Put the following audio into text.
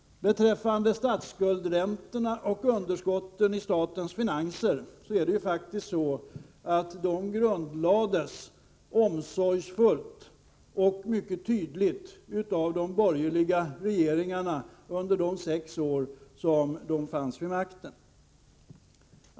Beträffande statsskuldsräntorna och underskotten i statens finanser är det faktiskt mycket tydligt att dessa omsorgsfullt grundlades av de borgerliga regeringarna under de sex år som de fanns vid makten.